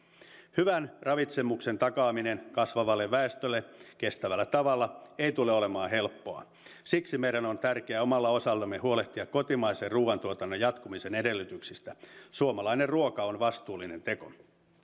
hyvän ravitsemuksen takaaminen kasvavalle väestölle kestävällä tavalla ei tule olemaan helppoa siksi meidän on tärkeää omalta osaltamme huolehtia kotimaisen ruuantuotannon jatkumisen edellytyksistä suomalainen ruoka on vastuullinen teko